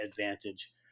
advantage